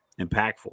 impactful